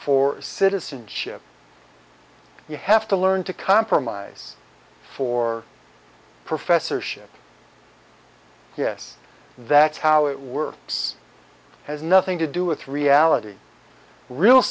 for citizenship you have to learn to compromise for professorship yes that's how it works has nothing to do with reality real